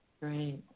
Right